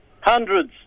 Hundreds